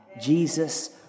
Jesus